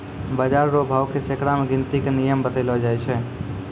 बाजार रो भाव के सैकड़ा मे गिनती के नियम बतैलो जाय छै